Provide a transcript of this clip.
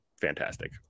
fantastic